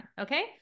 Okay